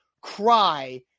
cry